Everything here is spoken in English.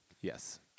Yes